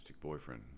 boyfriend